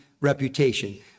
reputation